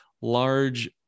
large